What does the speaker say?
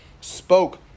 spoke